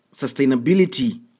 sustainability